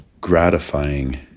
gratifying